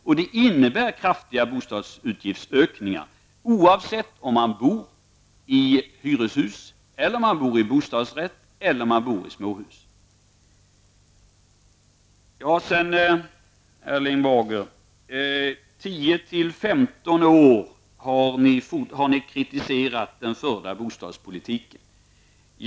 Och det innebär kraftiga bostadsutgiftsökningar, oavsett om man bor i hyreshus, i bostadsrätt eller i småhus. Erling Bager sade att folkpartiet under 10--15 år har kritiserat den förda bostadspolitiken.